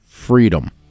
freedom